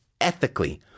ethically